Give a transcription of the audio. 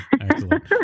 Excellent